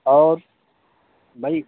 और भाई